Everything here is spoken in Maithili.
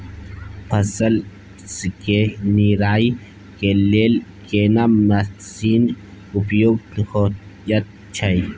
फसल के निराई के लेल केना मसीन उपयुक्त होयत छै?